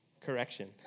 Correction